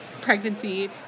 pregnancy